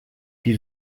die